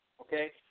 okay